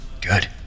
good